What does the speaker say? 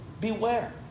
Beware